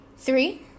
Three